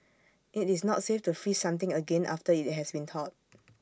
IT is not safe to freeze something again after IT has been thawed